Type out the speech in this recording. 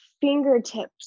fingertips